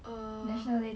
err